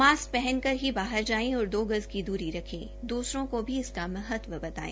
mask पहन कर ही बाहर जाएं और दो गज की दूरी रखे दूसरों को भी इसका महत्व बताए